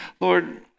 Lord